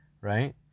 right